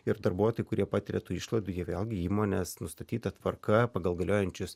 ir darbuotojų kurie patiria tų išlaidų jie vėlgi įmonės nustatyta tvarka pagal galiojančius